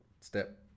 Step